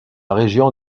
région